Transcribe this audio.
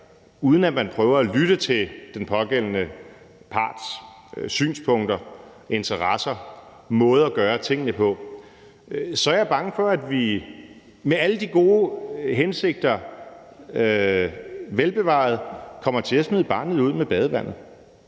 uden at man prøver at lytte til den pågældende parts synspunkter, interesser og måder at gøre tingene på, er jeg bange for, at vi med alle de gode hensigter velbevaret kommer til at smide barnet ud med badevandet.